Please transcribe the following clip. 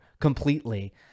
completely